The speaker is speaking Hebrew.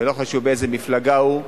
ולא חשוב באיזה מפלגה הוא,